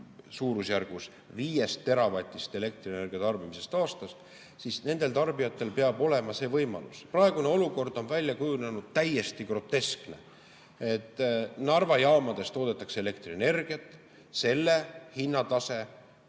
suurusjärgus 5 teravatist elektrienergia tarbimisest aastas. Nendel tarbijatel peab olema see võimalus. Praegu on kujunenud täiesti groteskne olukord. Narva jaamades toodetakse elektrienergiat. Selle hinnatase